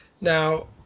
Now